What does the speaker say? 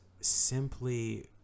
simply